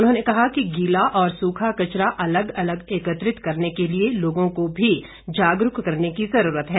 उन्होंने कहा कि गीला और सूखा कचरा अलग अलग एकत्रित करने के लिए लोगों को भी जागरूक करने की जरूरत है